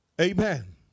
Amen